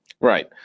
Right